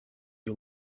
you